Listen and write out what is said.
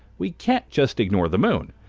we can't just ignore the moon.